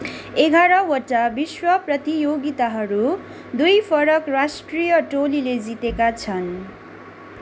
एघारवटा विश्व प्रतियोगिताहरू दुई फरक राष्ट्रिय टोलीले जितेका छन्